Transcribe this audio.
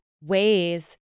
ways